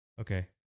Okay